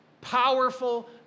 powerful